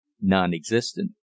non-existent